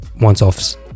once-offs